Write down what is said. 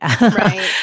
Right